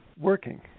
working